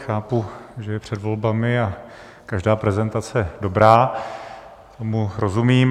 Chápu, že je před volbami a každá prezentace dobrá, tomu rozumím.